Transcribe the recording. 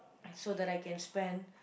so that I can spend